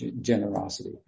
generosity